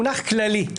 מונח כללי,